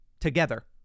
together